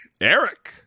Eric